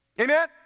Amen